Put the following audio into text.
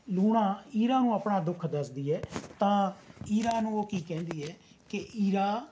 ਲੂਣਾ ਈਰਾ ਨੂੰ ਆਪਣਾ ਦੁੱਖ ਦੱਸਦੀ ਹੈ ਤਾਂ ਈਰਾ ਨੂੰ ਉਹ ਕੀ ਕਹਿੰਦੀ ਹੈ ਕਿ ਈਰਾ